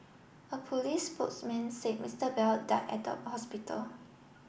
a police spokesman said Mister Bell died at the hospital